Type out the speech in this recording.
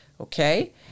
okay